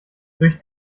durch